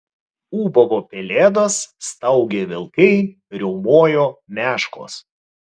ūbavo pelėdos staugė vilkai riaumojo meškos